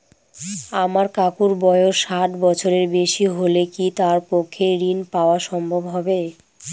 আমার কাকুর বয়স ষাট বছরের বেশি হলে কি তার পক্ষে ঋণ পাওয়া সম্ভব হবে?